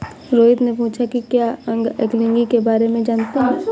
रोहित ने पूछा कि क्या आप एंगलिंग के बारे में जानते हैं?